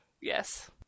Yes